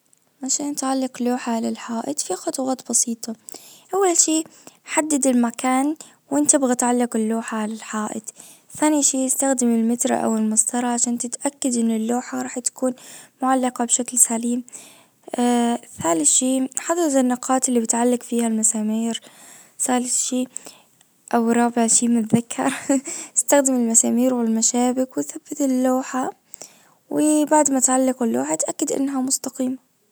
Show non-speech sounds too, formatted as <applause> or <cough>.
عشان تعلق لوحة على الحائط في خطوات بسيطة اول شيء حدد المكان وين تبغى تعلق اللوحة على الحائط ثاني شي استخدم المتر او المسطرة عشان تتأكد ان اللوحة راح تكون معلقة بشكل سليم <hesitation> ثالث شي حدد النقاط اللي بتعلق فيها المساميرثالث شي او رابع شي ما اتذكر استخدم المسامير والمشابك وثبت اللوحة وبعد ما تعلق اللوحة اتأكد انها مستقيمة.